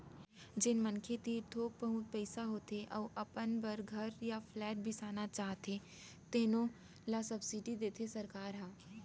जेन मनखे तीर थोक बहुत पइसा होथे अउ अपन बर घर य फ्लेट बिसाना चाहथे तेनो ल सब्सिडी देथे सरकार ह